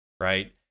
right